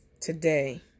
today